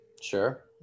Sure